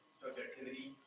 subjectivity